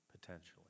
potentially